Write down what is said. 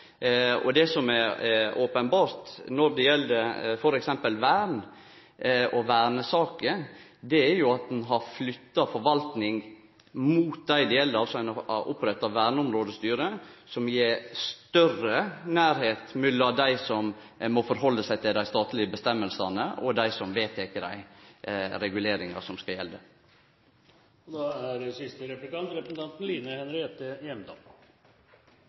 denne regjeringa. Det som er openbert når det gjeld f.eks. vern og vernesaker, er jo at ein har flytta forvaltinga mot dei det gjeld, ein har altså oppretta verneområdestyre som gjev større nærleik mellom dei som må halde seg til dei statlege vedtaka, og dei som vedtek dei reguleringane som skal gjelde. Regjeringens kulturminnepolitikk er preget av store ord og